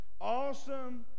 awesome